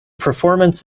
performance